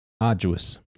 Arduous